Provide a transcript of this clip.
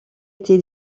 été